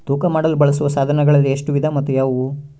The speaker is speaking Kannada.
ತೂಕ ಮಾಡಲು ಬಳಸುವ ಸಾಧನಗಳಲ್ಲಿ ಎಷ್ಟು ವಿಧ ಮತ್ತು ಯಾವುವು?